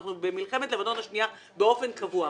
אנחנו במלחמת לבנון השנייה באופן קבוע.